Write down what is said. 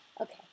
Okay